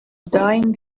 dying